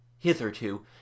Hitherto